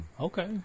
okay